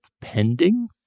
pending